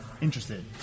interested